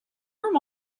room